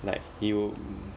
like he will mm